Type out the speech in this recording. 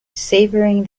savouring